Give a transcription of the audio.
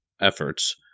efforts